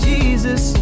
Jesus